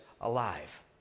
alive